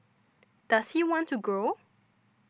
does he want to grow